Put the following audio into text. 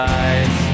eyes